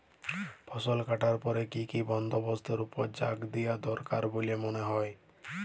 ফসলকাটার পরে কি কি বন্দবস্তের উপর জাঁক দিয়া দরকার বল্যে মনে হয়?